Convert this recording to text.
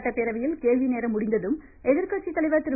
சட்டப்பேரவையில் கேள்விநேரம் முடிந்ததும் எதிர்கட்சித்தலைவர் திரு